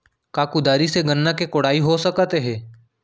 का कुदारी से गन्ना के कोड़ाई हो सकत हे?